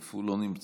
אף הוא לא נמצא,